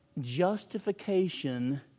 Justification